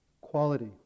quality